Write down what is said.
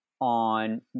on